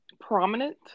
prominent